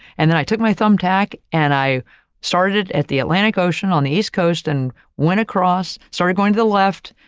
and then i took my thumbtack, and i started at the atlantic ocean on the east coast and went across, started going to the left,